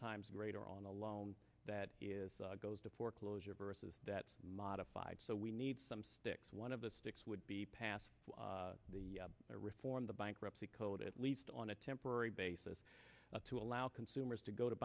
times greater on a loan that is goes to foreclosure versus that's modified so we need some sticks one of the sticks would be passed the reform the bankruptcy code at least on a temporary basis to allow consumers to go to